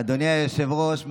אדוני היושב-ראש,